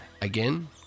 Again